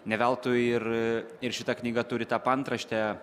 ne veltui ir ir šita knyga turi tą paantraštę